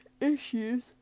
issues